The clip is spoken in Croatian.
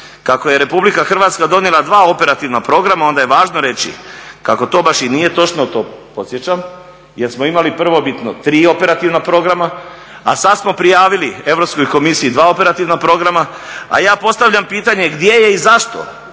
kako je Republika Hrvatska donijela dva operativna programa, onda je važno reći kako to baš i nije točno, to podsjećam jer smo imali prvobitno tri operativna programa, a sad smo prijavili Europskoj komisiji dva operativna programa. A ja postavljam pitanje gdje je i zašto